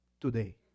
today